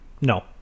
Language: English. No